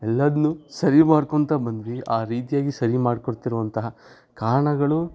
ಎಲ್ಲದ್ನೂ ಸರಿ ಮಾಡ್ಕೊಳ್ತ ಬಂದ್ವಿ ಆ ರೀತಿಯಾಗಿ ಸರಿ ಮಾಡಿಕೊಡ್ತಿರುವಂತಹ ಕಾರಣಗಳು